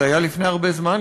זה היה לפני הרבה זמן,